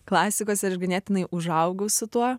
klasikos ir aš ganėtinai užaugau su tuo